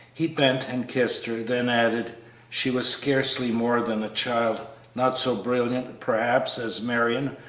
he bent and kissed her, then added she was scarcely more than a child not so brilliant, perhaps, as marion,